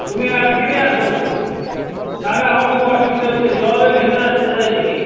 তুমি আজকেই আসো নাহলে আমার খুব অসুবিধে হচ্ছে জলে ভেসে যাচ্ছে চারিদিকে